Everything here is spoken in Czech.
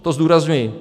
To zdůrazňuji.